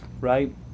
right